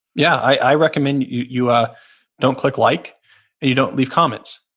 yeah, i recommend you you ah don't click like and you don't leave comments.